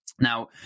Now